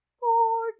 four